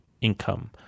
income